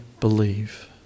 believe